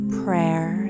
prayer